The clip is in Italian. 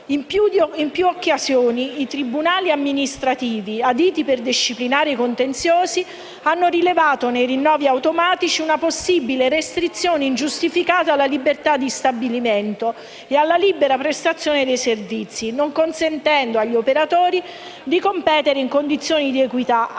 In più di un'occasione, i tribunali amministrativi, aditi per disciplinare i contenziosi, hanno rilevato nei rinnovi automatici una possibile restrizione ingiustificata alla libertà di stabilimento e alla libera prestazione dei servizi, non consentendo agli operatori di competere in condizioni di equità, attraverso